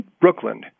Brooklyn